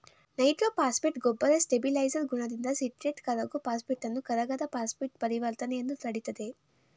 nitrophosphate ಗೊಬ್ಬರ stabiliser ಗುಣದಿಂದ citrate ಕರಗೋ ಫಾಸ್ಫೇಟನ್ನು ಕರಗದ ಫಾಸ್ಫೇಟ್ ಪರಿವರ್ತನೆಯನ್ನು ತಡಿತದೆ